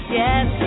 yes